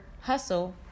hustle